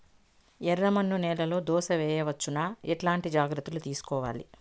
ఎర్రమన్ను నేలలో దోస వేయవచ్చునా? ఎట్లాంటి జాగ్రత్త లు తీసుకోవాలి?